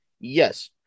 yes